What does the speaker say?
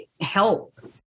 help